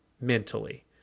mentally